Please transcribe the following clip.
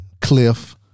Cliff